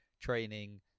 training